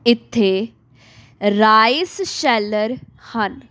ਇੱਥੇ rice sheller ਹਨ